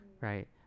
Right